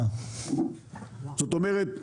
זאת אומרת,